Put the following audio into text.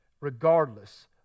regardless